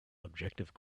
objective